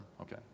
Okay